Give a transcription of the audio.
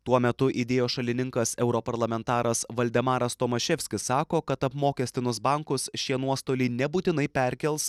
tuo metu idėjos šalininkas europarlamentaras valdemaras tomaševskis sako kad apmokestinus bankus šie nuostoliai nebūtinai perkels